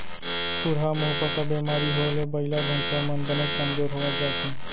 खुरहा मुहंपका बेमारी होए ले बइला भईंसा मन बनेच कमजोर होवत जाथें